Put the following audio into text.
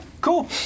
cool